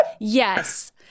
yes